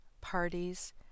parties